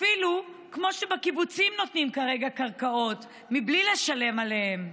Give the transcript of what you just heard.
כמו שבקיבוצים נותנים כרגע קרקעות מבלי לשלם עליהן.